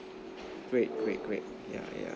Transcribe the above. great great great yeah yeah